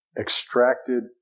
extracted